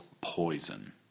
poison